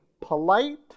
polite